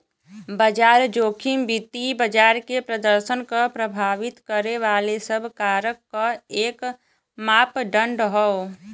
बाजार जोखिम वित्तीय बाजार के प्रदर्शन क प्रभावित करे वाले सब कारक क एक मापदण्ड हौ